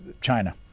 China